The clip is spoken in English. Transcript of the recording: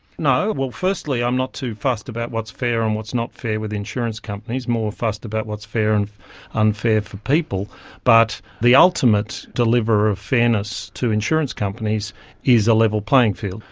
no, well, firstly i'm not too fussed about what's fair and what's not fair with insurance companies, more fussed about what's fair and unfair for people. but the ultimate deliverer of fairness to insurance companies is a level playing field.